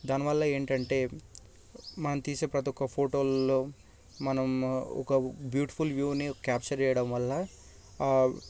దానివల్ల ఏంటంటే మనం తీసే ప్రతి ఒక్క ఫోటోల్లో మనం ఒక బ్యూటిఫుల్ వ్యూని క్యాప్చర్ చేయడం వల్ల